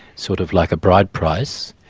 sort of like a bride price,